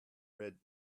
read